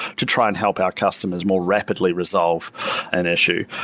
to try and help our customers more rapidly resolve an issue.